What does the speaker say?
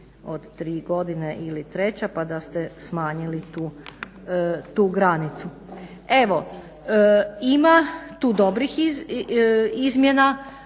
od 3 godine ili treća pa da ste smanjili tu granicu. Evo, ima tu dobrih izmjena.